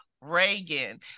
Reagan